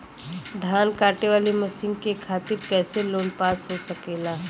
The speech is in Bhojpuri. धान कांटेवाली मशीन के खातीर कैसे लोन पास हो सकेला?